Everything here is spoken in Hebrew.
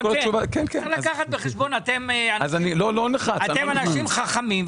אתם אנשים חכמים,